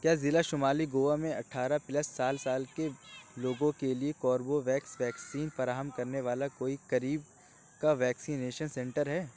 کیا ضلع شمالی گوا میں اٹھارہ پلس سال سال کے لوگوں کے لیے کوروو ویکس ویکسین فراہم کرنے والا کوئی قریب کا ویکسینیشن سنٹر ہے